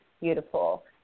beautiful